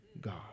God